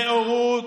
נאורות,